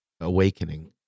awakening